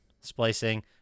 Splicing